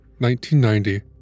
1990